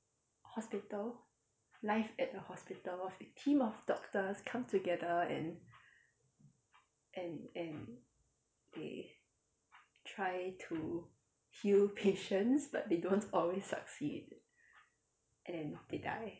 hospital life at the hospital a team of doctors come together and and and they try to heal patients but they don't always succeed and then they die